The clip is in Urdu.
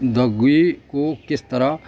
دگی کو کس طرح